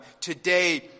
today